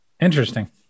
Interesting